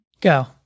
Go